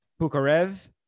Pukarev